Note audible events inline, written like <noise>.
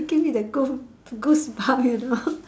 give you that goof goose bump you know <laughs>